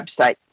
website